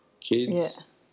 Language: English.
kids